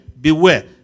beware